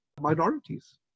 minorities